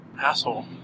asshole